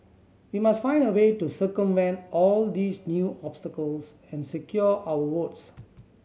we must find a way to circumvent all these new obstacles and secure our votes